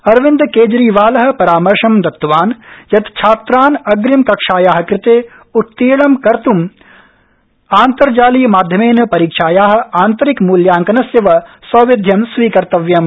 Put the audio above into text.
अरविन्दकेजरीवाल परामर्श दत्तवान् यत् छात्रान् अग्रिम कक्षाया कृते उत्तीर्ण कर्त् आन्तर्जालीय माध्यमेन परीक्षाया आन्तरिक मूल्यांकनस्य वा सौविध्यं स्वीकर्तव्यम्